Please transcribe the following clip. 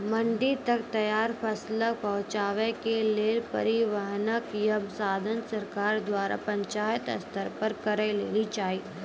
मंडी तक तैयार फसलक पहुँचावे के लेल परिवहनक या साधन सरकार द्वारा पंचायत स्तर पर करै लेली चाही?